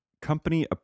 company